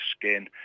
skin